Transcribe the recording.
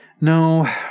No